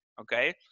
okay